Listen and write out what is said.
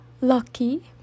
lucky